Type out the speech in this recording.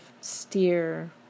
steer